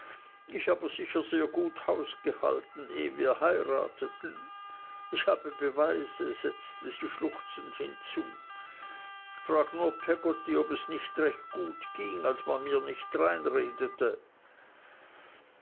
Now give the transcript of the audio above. ich habe sicher sehr gut hausgehalten ehe wir heirateten ich habe beweise setzte sie schluchzend hinzu frag nur peggotty ob es nicht recht gut ging als man mir nicht dreinredete